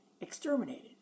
exterminated